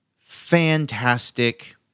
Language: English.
fantastic